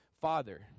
Father